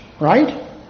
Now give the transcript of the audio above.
right